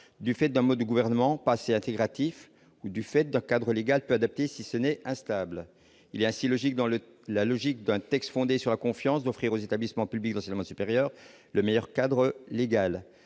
du fait d'un mode de gouvernement passé intégrative ou du fait d'un cadre légal adapté, si ce n'est instable, il y a six logique dans le la logique d'un texte fondé sur la confiance d'offrir aux établissements publics d'enseignement supérieur, le meilleur cadre légal,